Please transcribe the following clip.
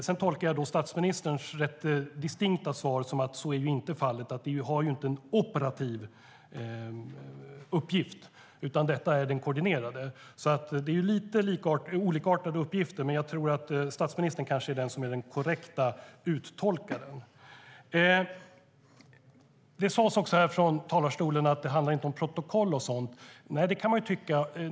Sedan tolkar jag statsministerns rätt distinkta svar som att så inte är fallet. Det har ju inte en operativ uppgift, utan en koordinerande. Det är lite olikartade uppgifter, men jag tror att statsministern är den som är den korrekta uttolkaren. Det sas också här från talarstolen att det inte handlar om protokoll och sådant. Det kan man ju tycka.